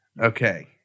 Okay